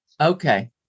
Okay